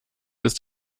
ist